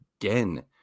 again